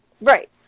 right